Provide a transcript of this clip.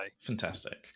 fantastic